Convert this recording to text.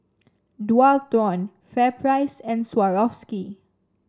Dualtron FairPrice and Swarovski